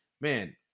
Man